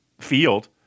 field